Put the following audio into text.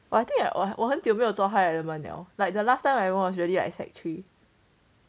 !wah! I think like !wah! 我很久没有做 high element liao like the last time I already like sec three